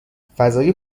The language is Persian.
فضای